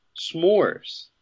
s'mores